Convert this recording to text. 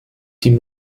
die